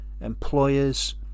employers